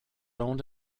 owned